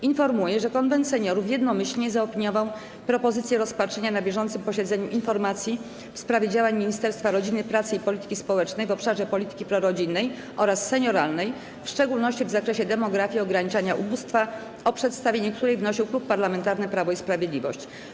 Informuję, że Konwent Seniorów jednomyślnie zaopiniował propozycję rozpatrzenia na bieżącym posiedzeniu informacji w sprawie działań Ministerstwa Rodziny, Pracy i Polityki Społecznej w obszarze polityki prorodzinnej oraz senioralnej, w szczególności w zakresie demografii i ograniczania ubóstwa, o której przedstawienie wnosił Klub Parlamentarny Prawo i Sprawiedliwość.